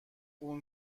اون